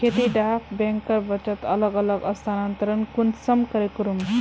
खेती डा बैंकेर बचत अलग अलग स्थानंतरण कुंसम करे करूम?